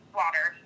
water